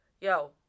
yo